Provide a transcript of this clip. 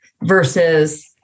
versus